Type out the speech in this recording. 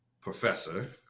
professor